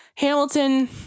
Hamilton